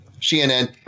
CNN